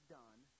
done